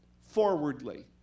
forwardly